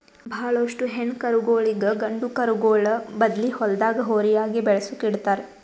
ಭಾಳೋಷ್ಟು ಹೆಣ್ಣ್ ಕರುಗೋಳಿಗ್ ಗಂಡ ಕರುಗೋಳ್ ಬದ್ಲಿ ಹೊಲ್ದಾಗ ಹೋರಿಯಾಗಿ ಬೆಳಸುಕ್ ಇಡ್ತಾರ್